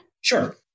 Sure